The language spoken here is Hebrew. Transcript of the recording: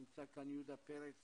נמצא כאן יהודה פרץ